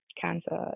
cancer